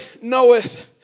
knoweth